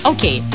Okay